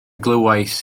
glywais